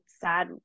sad